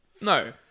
No